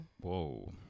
Whoa